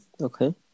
okay